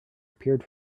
appeared